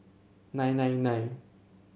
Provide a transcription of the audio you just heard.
nine nine nine